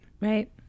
right